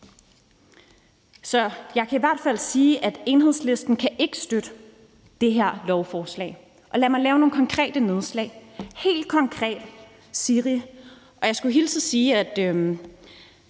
Så jeg kan i hvert fald sige, at Enhedslisten ikke kan støtte det her lovforslag. Lad mig lave nogle konkrete nedslag – helt konkret i forbindelse med SIRI. Jeg skulle hilse og sige, at